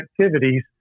activities